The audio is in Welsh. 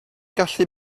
gallu